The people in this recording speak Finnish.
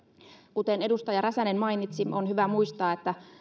kuten edustaja räsänen mainitsi on hyvä muistaa että